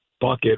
bucket